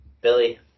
Billy